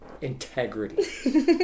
integrity